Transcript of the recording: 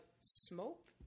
smoke